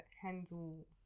handle